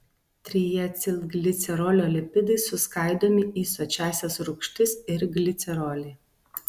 triacilglicerolio lipidai suskaidomi į sočiąsias rūgštis ir glicerolį